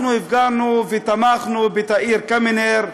אנחנו הפגנו ותמכו בתאיר קמינר,